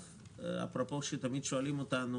אפרופו, תמיד שואלים אותנו